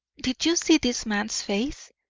did you see this man's face?